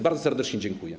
Bardzo serdecznie dziękuję.